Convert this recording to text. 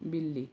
बिल्ली